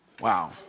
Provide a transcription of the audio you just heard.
Wow